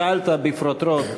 שאלת בפרוטרוט.